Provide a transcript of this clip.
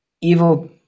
evil